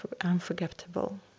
unforgettable